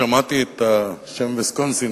שמעתי את השם ויסקונסין,